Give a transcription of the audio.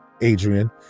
Adrian